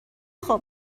خوب